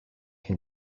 can